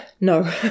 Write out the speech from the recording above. no